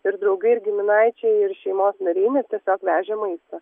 ir draugai ir giminaičiai ir šeimos nariai nes tiesiog vežė maistą